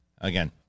again